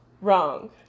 Wrong